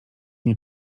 nie